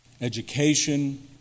education